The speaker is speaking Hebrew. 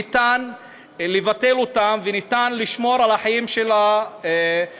ניתן לבטל אותם וניתן לשמור על החיים של העובדים.